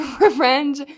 revenge